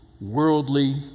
worldly